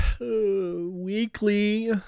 weekly